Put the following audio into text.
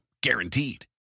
guaranteed